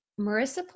Marissa